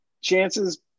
Chances